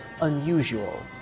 unusual